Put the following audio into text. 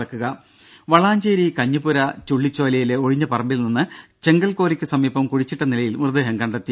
ദര വളാഞ്ചേരി കഞ്ഞിപ്പുര ചുള്ളിച്ചോലയിലെ ഒഴിഞ്ഞ പറമ്പിൽ നിന്ന് ചെങ്കൽ ക്വാറിക്ക് സമീപം കുഴിച്ചിട്ട നിലയിൽ മൃതദേഹം കണ്ടെത്തി